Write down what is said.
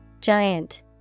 Giant